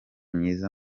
myiza